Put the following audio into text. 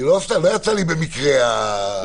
אנחנו